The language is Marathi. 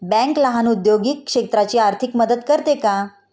बँक लहान औद्योगिक क्षेत्राची आर्थिक मदत करते का?